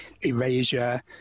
Erasure